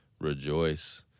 rejoice